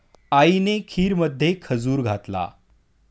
आईने खीरमध्ये खजूर घातला